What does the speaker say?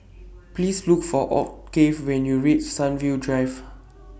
Please Look For Octave when YOU REACH Sunview Drive